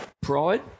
Pride